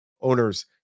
owners